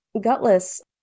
Gutless